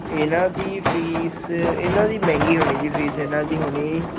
ਇਨ੍ਹਾਂ ਦੀ ਫ਼ੀਸ ਇਨ੍ਹਾਂ ਦੀ ਮਹਿੰਗੀ ਹੋਣੀ ਜੀ ਫ਼ੀਸ ਇਹਨਾਂ ਦੀ ਹੋਣੀ